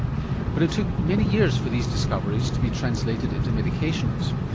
but it took many years for these discoveries to be translated into medications,